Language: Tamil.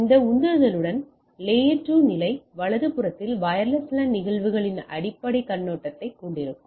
இந்த உந்துதலுடன் அடுக்கு 2 நிலை வலதுபுறத்தில் வயர்லெஸ் லேன் நிகழ்வுகளின் அடிப்படை கண்ணோட்டத்தைக் கொண்டிருக்கும்